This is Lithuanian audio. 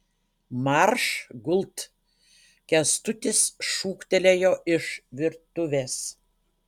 marš gult kęstutis šūktelėjo iš virtuvės